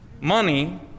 Money